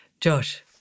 Josh